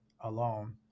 alone